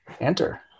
enter